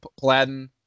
Paladin